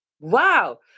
wow